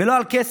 ולא על כסף,